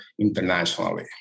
internationally